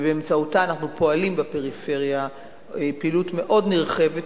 באמצעותה אנחנו פועלים בפריפריה פעילות מאוד נרחבת.